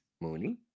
Mooney